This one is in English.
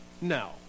No